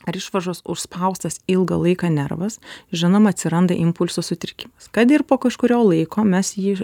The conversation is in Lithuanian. ar išvaržos užspaustas ilgą laiką nervas žinoma atsiranda impulsų sutrikimas kad ir po kažkurio laiko mes jį